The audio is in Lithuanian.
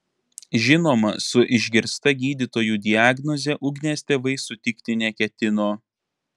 žinoma su išgirsta gydytojų diagnoze ugnės tėvai sutikti neketino